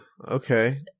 Okay